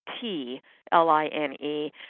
T-L-I-N-E